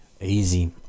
Easy